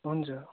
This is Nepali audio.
हुन्छ